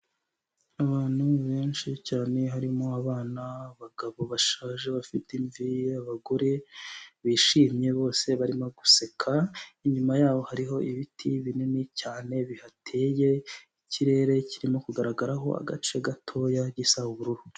Abantu ni benshi cyane harimo: abana, abagabo bashaje bafite imvi, abagore bishimye bose barimo guseka, inyuma yabo hariho ibiti binini cyane biteye ikirere kirimo kugaragaraho agace gatoya gisa ubururu.